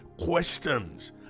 questions